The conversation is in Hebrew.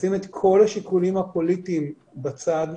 לשים את כל השיקולים הפוליטיים בצד.